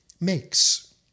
makes